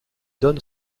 donne